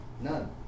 None